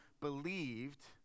believed